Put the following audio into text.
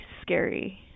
scary